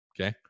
okay